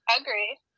Agree